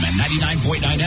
99.9